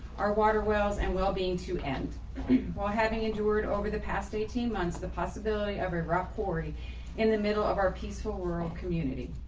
our water wells and well being to end well having endured over the past eighteen months the possibility of a rock quarry in the middle of our peaceful world community.